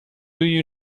you